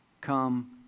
come